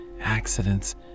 accidents